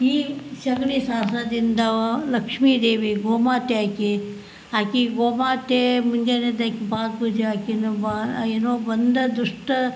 ಈ ಸಗಣಿ ಸಾರಿಸೋದ್ರಿಂದಾ ಲಕ್ಷ್ಮಿದೇವಿ ಗೋಮಾತೆ ಆಗಿ ಆಕೆ ಗೋಮಾತೆ ಮುಂಜಾನೆದ್ದು ಆಕೆ ಪಾದ ಪೂಜೆ ಆಕೆ ಬಾ ಏನೊ ಬಂದ ದುಷ್ಟ